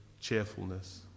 cheerfulness